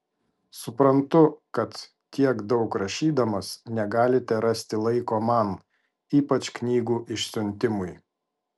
suprantu kad tiek daug rašydamas negalite rasti laiko man ypač knygų išsiuntimui